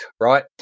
Right